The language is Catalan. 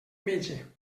metge